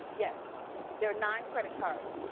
yes there are nine credit cards.